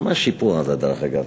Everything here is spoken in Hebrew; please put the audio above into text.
למה השיפוע הזה, דרך אגב?